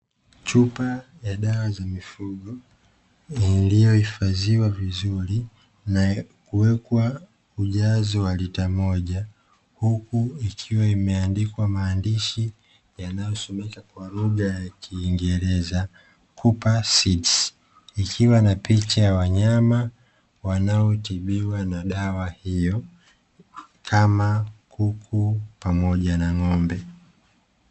Chupa ya dawa za mifugo iliyohifadhiwa vizuri na kuwekwa ujazo wa lita moja, huku ikiwa imeandikwa maandishi, yanayosomeka kwa lugha ya kingereza ikiwa na picha ya wanyama kama kuku pamoja na ng'ombe.